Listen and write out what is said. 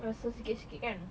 rasa sikit-sikit kan